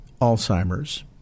Alzheimer's